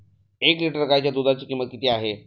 एक लिटर गाईच्या दुधाची किंमत किती आहे?